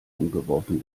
umgeworfen